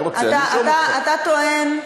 אתה רוצה, נרשום אותך.